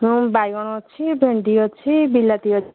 ହଁ ବାଇଗଣ ଅଛି ଭେଣ୍ଡି ଅଛି ବିଲାତି ଅଛି